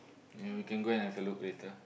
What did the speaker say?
ya we can go and have a look later